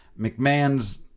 McMahon's